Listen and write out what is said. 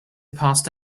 passed